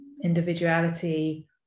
individuality